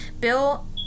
Bill